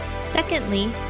Secondly